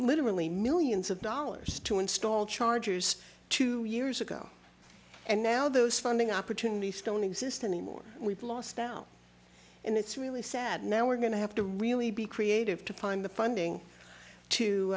literally millions of dollars to install chargers two years ago and now those funding opportunities don't exist anymore we've lost down and it's really sad now we're going to have to really be creative to find the funding to